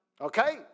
okay